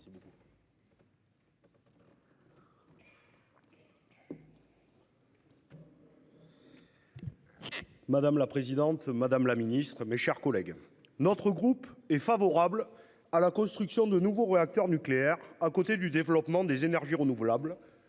Madame la présidente Madame la Ministre, mes chers collègues. Notre groupe est favorable à la construction de nouveaux réacteurs nucléaires à côté du développement des énergies renouvelables